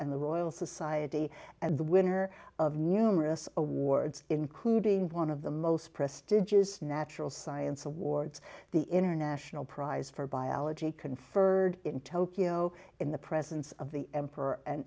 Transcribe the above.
and the royal society and the winner of numerous awards including one of the most prestigious natural science awards the international prize for biology conferred in tokyo in the presence of the emperor an